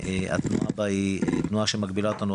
התנועה בה היום היא תנועה שמגבילה אותנו,